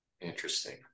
Interesting